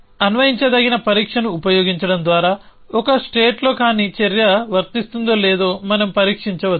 ఈ అన్వయించదగిన పరీక్షను ఉపయోగించడం ద్వారా ఒక రాష్ట్రంలో కాని చర్య వర్తిస్తుందో లేదో మనం పరీక్షించవచ్చు